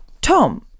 Tom